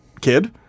kid